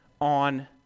on